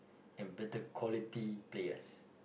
and better quality players